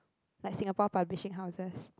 like Singapore publishing houses